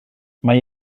mae